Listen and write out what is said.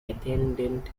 attendant